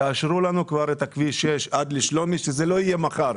תאשרו לנו כבר את כביש 6 עד שלומי; שזה יהיה לא מחר,